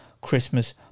Christmas